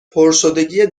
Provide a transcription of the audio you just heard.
پرشدگی